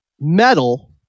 Metal